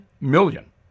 million